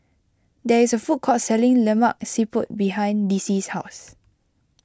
there is a food court selling Lemak Siput behind Dicie's house